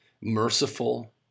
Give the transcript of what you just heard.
merciful